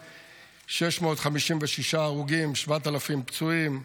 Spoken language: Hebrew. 2,656 הרוגים, 7,000 פצועים.